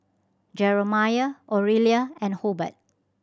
Jeremiah Orelia and Hobart